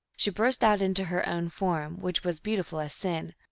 she burst out into her own form, which was beautiful as sin,